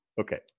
okay